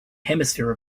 hemisphere